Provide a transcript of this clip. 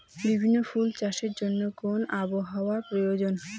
বিভিন্ন ফুল চাষের জন্য কোন আবহাওয়ার প্রয়োজন?